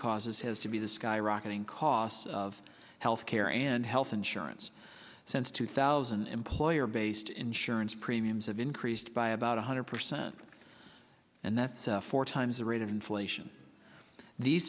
causes has to be the skyrocketing costs of health care and health insurance since two thousand employer based insurance premiums have increased by about one hundred percent and that's four times the rate of inflation the